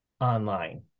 online